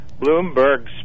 Bloomberg